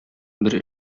бер